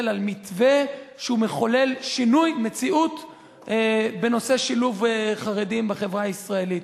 על מתווה מחולל שינוי מציאות בנושא שילוב חרדים בחברה הישראלית.